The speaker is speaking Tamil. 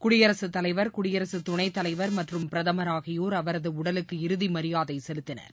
குடியரசுத்தலைவர் குடியரசுத் துணைத் தலைவர் மற்றும் பிரதமர் ஆகியோர் அவரது உடலுக்கு இறுதி மரியாதை செலுத்தினர்